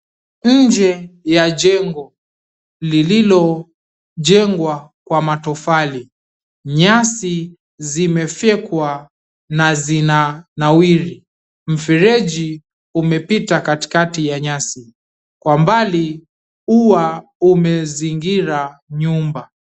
Njee ya jengo lilo jengwa kwa matofali. Nyasi zimefyekwa na zinanawiri. Mfereji umepita katikati ya nyasi. Kwa umbali ua umezingira nyumba.